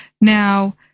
Now